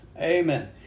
Amen